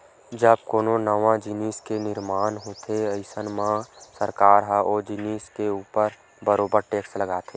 जब कोनो नवा जिनिस के निरमान होथे अइसन म सरकार ह ओ जिनिस के ऊपर बरोबर टेक्स लगाथे